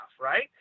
right